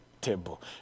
table